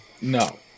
No